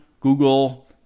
Google